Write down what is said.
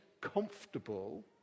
comfortable